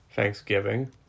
Thanksgiving